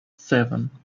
seven